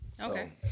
Okay